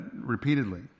repeatedly